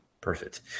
Perfect